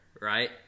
right